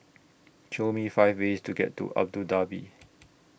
Show Me five ways to get to Abu Dhabi